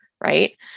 right